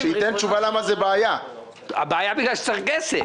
הבעיה בגלל שצריך כסף.